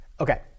okay